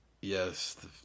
yes